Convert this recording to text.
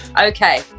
Okay